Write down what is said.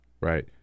right